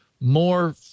more